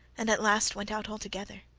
and at last went out altogether.